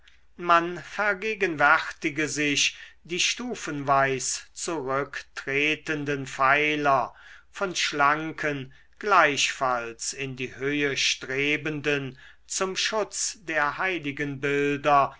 man vergegenwärtige sich die stufenweis zurücktretenden pfeiler von schlanken gleichfalls in die höhe strebenden zum schutz der heiligenbilder